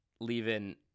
leaving